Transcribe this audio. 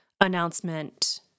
announcement